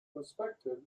perspective